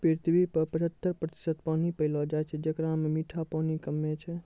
पृथ्वी पर पचहत्तर प्रतिशत पानी पैलो जाय छै, जेकरा म मीठा पानी कम्मे छै